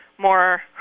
more